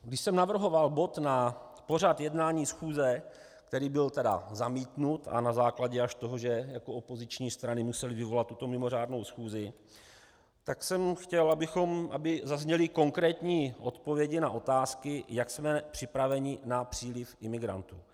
Když jsem navrhoval bod na pořad jednání schůze, který byl tedy zamítnut, a na základě až toho, že opoziční strany musely vyvolat tuto mimořádnou schůzi, tak jsem chtěl, aby zazněly konkrétní odpovědi na otázky, jak jsme připraveni na příliv imigrantů.